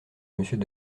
monsieur